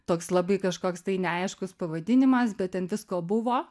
toks labai kažkoks neaiškus pavadinimas bet ten visko buvo